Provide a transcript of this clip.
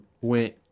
went